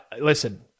listen